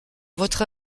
votre